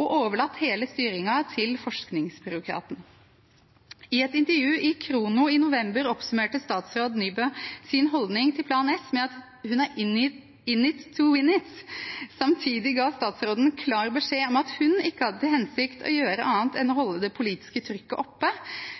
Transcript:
og overlatt hele styringen til forskningsbyråkatene. I et intervju i Khrono i november oppsummerte statsråd Nybø sin holdning til Plan S med at den er «in it to win it». Samtidig ga statsråden klar beskjed om at hun hadde ikke til hensikt å gjøre annet enn å holde det politiske trykket oppe,